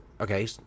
okay